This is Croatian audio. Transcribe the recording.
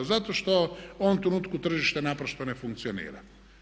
Zato što u ovom trenutku tržište naprosto ne funkcionira.